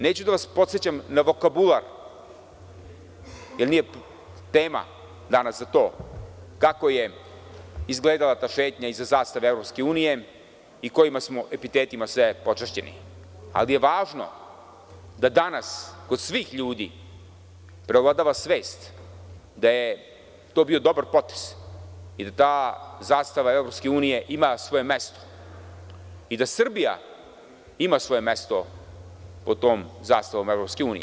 Neću da vas podsećam na vokabular, jer nije tema danas za to, kako je izgledala ta šetnja iza zastave EU i kojim epitetima smo sve počašćeni, ali je važno da danas kod svih ljudi preovladava svest da je to bio dobar potez i da ta zastava EU ima svoje mesto i da Srbija ima svoje mesto pod tom zastavom EU.